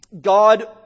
God